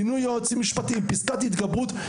מינוי יועצים משפטיים ופסקת ההתגברות,